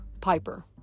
Piper